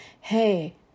Hey